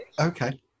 okay